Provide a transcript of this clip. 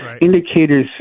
indicators